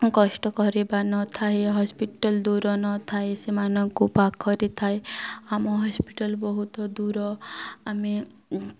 କଷ୍ଟ କରିବା ନଥାଏ ହସ୍ପିଟାଲ୍ ଦୂର ନଥାଏ ସେମାନଙ୍କୁ ପାଖରେ ଥାଏ ଆମ ହସ୍ପିଟାଲ୍ ବହୁତ ଦୂର ଆମେ